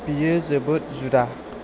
बेयो जोबोद जुदा